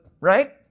right